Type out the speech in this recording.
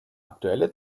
aktuelle